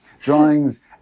drawings